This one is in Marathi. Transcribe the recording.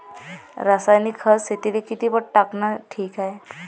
रासायनिक खत शेतीले किती पट टाकनं ठीक हाये?